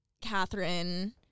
Catherine